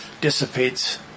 dissipates